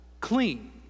clean